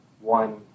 one